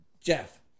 Jeff